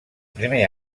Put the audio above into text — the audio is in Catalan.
primer